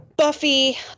Buffy